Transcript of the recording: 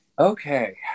okay